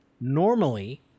normally